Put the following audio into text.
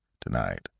Tonight